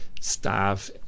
staff